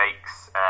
makes